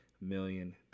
million